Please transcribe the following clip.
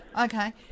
Okay